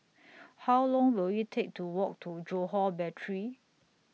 How Long Will IT Take to Walk to Johore Battery